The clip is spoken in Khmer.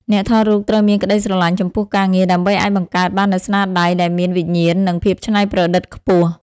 អ្នកថតរូបត្រូវមានក្ដីស្រឡាញ់ចំពោះការងារ ដើម្បីអាចបង្កើតបាននូវស្នាដៃដែលមានវិញ្ញាណ និងភាពច្នៃប្រឌិតខ្ពស់។